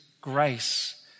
grace